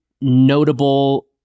notable